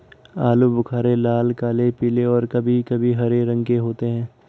आलू बुख़ारे लाल, काले, पीले और कभी कभी हरे रंग के होते हैं